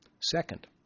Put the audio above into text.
Second